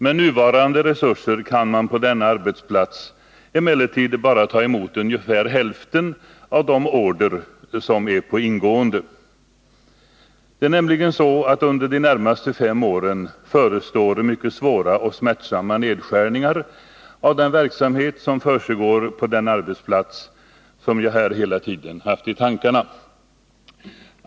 Med nuvarande resurser kan man emellertid på denna arbetsplats bara ta emot ungefär hälften av de order som är på ingående. Det är nämligen så att under de närmaste fem åren förestår mycket svåra och smärtsamma nedskärningar av den verksamhet som försiggår på den arbetsplats som jag här hela tiden haft i tankarna.